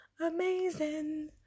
Amazing